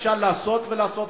אפשר לעשות ולעשות,